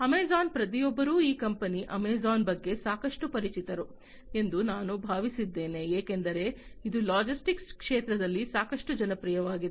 Amazon ಪ್ರತಿಯೊಬ್ಬರೂ ಈ company Amazon ಬಗ್ಗೆ ಸಾಕಷ್ಟು ಪರಿಚಿತರು ಎಂದು ನಾನು ಭಾವಿಸುತ್ತೇನೆ ಏಕೆಂದರೆ ಇದು ಲಾಜಿಸ್ಟಿಕ್ಸ್ ಕ್ಷೇತ್ರದಲ್ಲಿ ಸಾಕಷ್ಟು ಜನಪ್ರಿಯವಾಗಿದೆ